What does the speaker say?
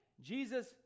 Jesus